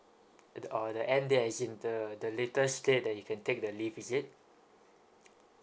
uh the uh the end date as in the the latest date that you can take the leave is it